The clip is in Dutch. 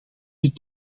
dit